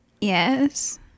Yes